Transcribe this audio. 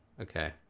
Okay